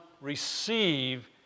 receive